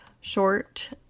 Short